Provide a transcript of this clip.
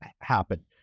happen